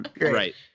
Right